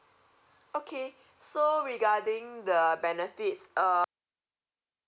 okay so regarding the benefits uh